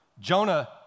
Jonah